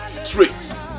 tricks